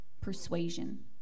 persuasion